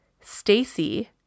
stacy